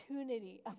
opportunity